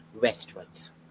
westwards